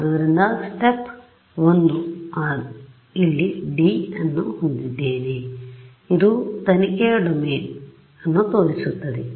ಆದ್ದರಿಂದ ಇದು ಸ್ಟೆಪ್ 1 ಆದ್ದರಿಂದ ಇಲ್ಲಿ D ಅನ್ನು ಹೊಂದಿದ್ದೇನೆ ಇದು ತನಿಖೆಯ ಡೊಮೇನ್ ಅನ್ನು ತೋರಿಸುತ್ತದೆ